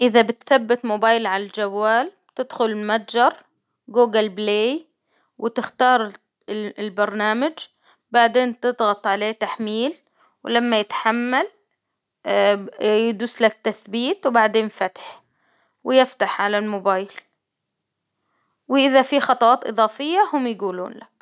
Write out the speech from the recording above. إذا بتثبت موبايل عالجوال بتدخل المتجر جوجل بلاي، وتختار ال -البرنامج، بعدين تضغط عليه تحميل، ولما يتحمل يدوس لك تثبيت، وبعدين فتح، ويفتح على الموبايل وإذا في خطوات إضافية هم يقولون لك.